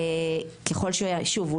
שוב,